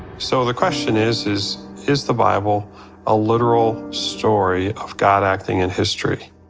so the question is, is is the bible a literal story of god acting in history.